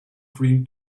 dream